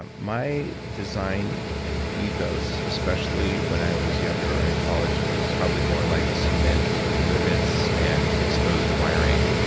um my design ethos, especially when i was younger in college was probably more like cement rivets and exposed wiring.